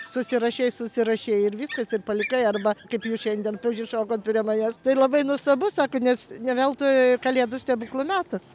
susirašei susirašei ir viskas ir palikai arba kaip jūs šiandien prisišokot prie manęs tai labai nuostabu sako nes ne veltui kalėdų stebuklų metas